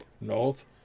north